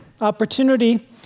opportunity